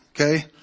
Okay